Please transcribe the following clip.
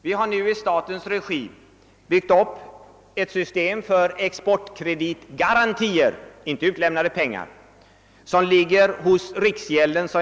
Vi har nu i statens regi byggt upp ett system för exportkreditgarantier — inte utlämnade pengar — vilka som sagt ligger hos riksgäldskontoret.